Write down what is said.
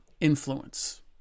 influence